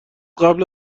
قبل